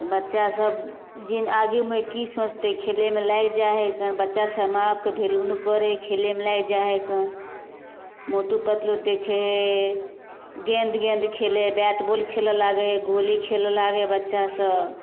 बच्चा सब जिद आगेमे की सोचतै खेलामे लागि जाइ हइ तहन बच्चा सब माँ बापके वैल्यू नहि करै है खेलयमे लागि जाइ है मोटू पतलू देखय हइ गेंद गेंद खेलै हइ बैट बॉल खेले लागै हइ गोली खेलय लागै हइ बच्चा सब